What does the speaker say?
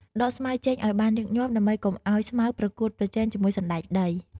ដកស្មៅចេញឱ្យបានញឹកញាប់ ដើម្បីកុំឱ្យស្មៅប្រកួតប្រជែងជាមួយសណ្តែកដី។